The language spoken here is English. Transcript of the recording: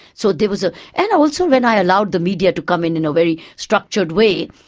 so there was a. and also when i allowed the media to come in in a very structured way,